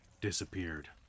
Disappeared